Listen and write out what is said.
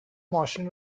ماشین